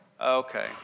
okay